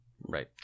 Right